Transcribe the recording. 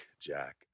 Jack